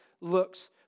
looks